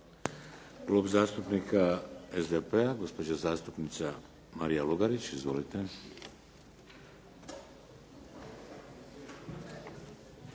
Klub zastupnika SDP-a, gospođa zastupnica Marija Lugarić. Izvolite.